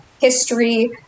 history